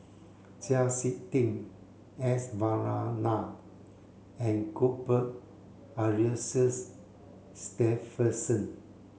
Chau Sik Ting S Varathan and Cuthbert Aloysius Shepherdson